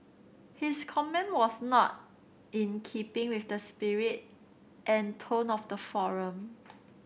his comment was not in keeping with the spirit and tone of the forum